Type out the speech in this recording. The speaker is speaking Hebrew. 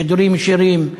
שידורים ישירים,